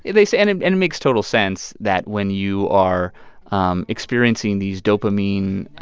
it makes and and and makes total sense that when you are um experiencing these dopamine